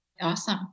Awesome